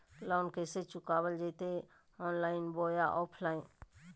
Loan कैसे चुकाबल जयते ऑनलाइन बोया ऑफलाइन?